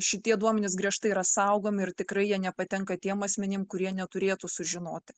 šitie duomenys griežtai yra saugomi ir tikrai jie nepatenka tiem asmenim kurie neturėtų sužinoti